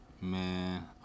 man